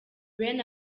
bene